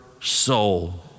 soul